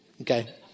okay